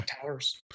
towers